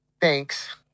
thanks